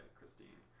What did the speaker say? Christine